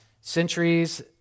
centuries